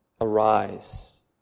arise